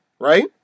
right